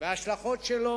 וההשלכות שלו,